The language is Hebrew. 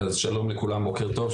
שלום לכולם, בוקר טוב.